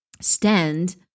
stand